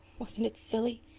wasn't it silly?